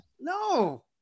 No